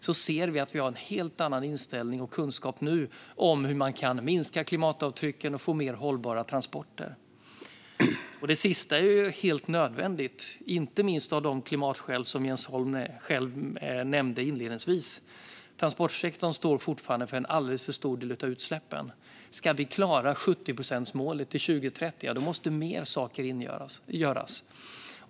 Nu ser vi att vi har en helt annan inställning och kunskap om hur man kan minska klimatavtrycken och få mer hållbara transporter. Det sistnämnda är helt nödvändigt, inte minst av de klimatskäl som Jens Holm själv nämnde inledningsvis. Transportsektorn står fortfarande för en alldeles för stor del av utsläppen. Ska vi klara 70-procentsmålet till 2030 måste mer göras.